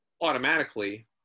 automatically